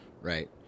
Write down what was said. right